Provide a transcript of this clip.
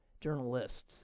journalists